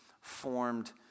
formed